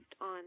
on